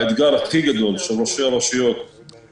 מה הדרישות הספציפיות?